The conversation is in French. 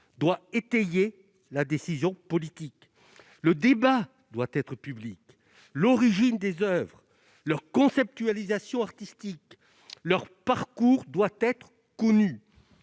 doit étayer la décision politique dans le cadre d'un débat public. L'origine des oeuvres, leur conceptualisation artistique, leur parcours doivent être connus.